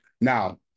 Now